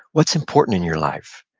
what's important in your life?